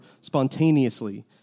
spontaneously